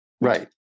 Right